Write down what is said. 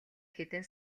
хэдэн